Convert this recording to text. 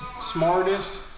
smartest